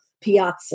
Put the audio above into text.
piazza